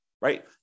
right